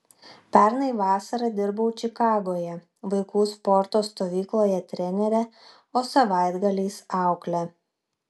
pernai vasarą dirbau čikagoje vaikų sporto stovykloje trenere o savaitgaliais aukle